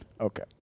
Okay